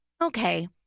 Okay